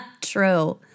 True